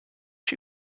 she